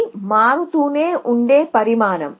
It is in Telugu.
ఇది మారుతూనే ఉండే పరిమాణం